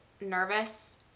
nervous